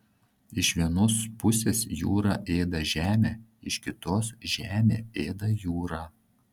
iš vienos pusės jūra ėda žemę iš kitos žemė ėda jūrą